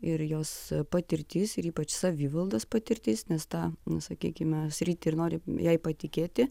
ir jos patirtis ir ypač savivaldos patirtis nes tą nu sakykime sritį ir norim jai patikėti